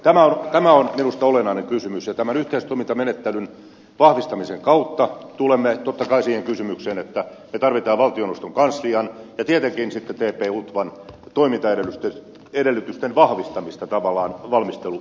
tämä on minusta olennainen kysymys ja tämän yhteistoimintamenettelyn vahvistamisen kautta tulemme totta kai siihen kysymykseen että me tarvitsemme tavallaan valtioneuvoston kanslian ja tietenkin sitten tp utvan toimintaedellytysten vahvistamista valmistelutyössä